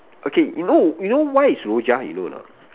okay you know you know why is Rojak you know or not